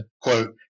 quote